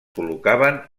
col·locaven